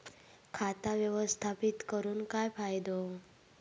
खाता व्यवस्थापित करून काय फायदो?